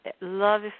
love